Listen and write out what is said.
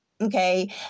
Okay